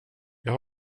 jag